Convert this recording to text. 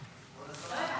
משיבה,